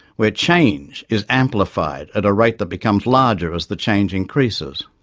where change is amplified at a rate that becomes larger as the change increases.